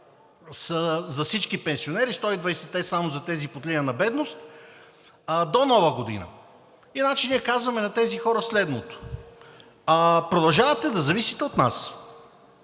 за всички пенсионери – 120-те само за тези под линия на бедност до Нова година. И значи ние казваме на тези хора следното: продължавате да зависите от нас.